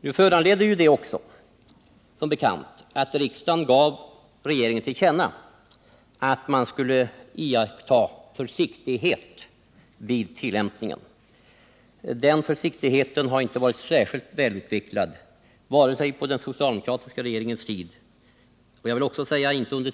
Den motionen föranledde också, som bekant, att riksdagen gav regeringen till känna att man skulle iaktta försiktighet vid tillämpningen. Den försiktigheten har inte varit särskilt välutvecklad, vare sig på den socialdemokratiska regeringens,